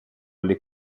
alle